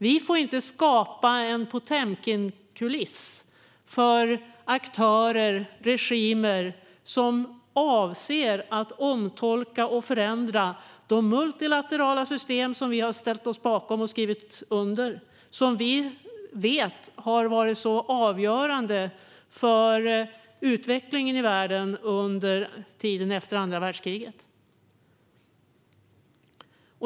Vi får inte skapa en Potemkinkuliss för aktörer och regimer som avser att omtolka och förändra de multilaterala system som vi har ställt oss bakom och skrivit under. Vi vet ju att de har varit avgörande för utvecklingen i världen under tiden efter andra världskriget.